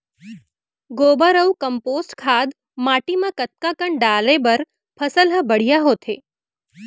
गोबर अऊ कम्पोस्ट खाद माटी म कतका कन डाले बर फसल ह बढ़िया होथे?